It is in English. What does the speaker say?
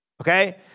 Okay